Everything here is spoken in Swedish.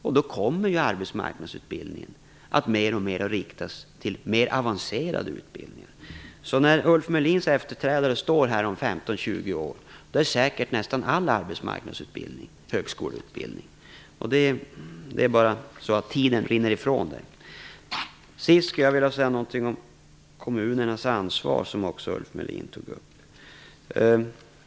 Därmed kommer arbetsmarknadsutbildningen alltmer att riktas mot mer avancerade utbildningar. När Ulf Melins efterträdare om 15 eller 20 år står här är säkert nästan all arbetsmarknadsutbildning högskoleutbildning. Tiden rinner ifrån. Till sist vill jag säga några ord om kommunernas ansvar, en fråga som Ulf Melin också tog upp.